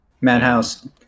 Madhouse